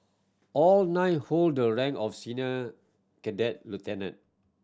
all nine hold the rank of senior cadet lieutenant